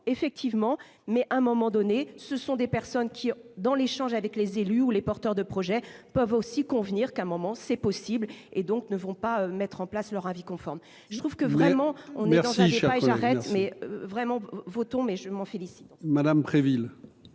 effectivement mais un moment donné, ce sont des personnes qui ont dans l'échange avec les élus ou les porteurs de projets peuvent aussi convenir qu'à un moment, c'est possible, et donc ne vont pas mettre en place leur avis conforme, je trouve que vraiment on est dans un chômage arrête mais vraiment votons mais je m'en félicite. Madame Préville.